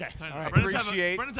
appreciate